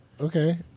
Okay